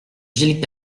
gilles